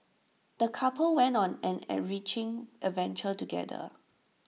the couple went on an enriching adventure together